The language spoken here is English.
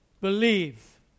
believe